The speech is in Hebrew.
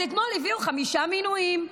אז אתמול הביאו חמישה מינויים,